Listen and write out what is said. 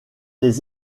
les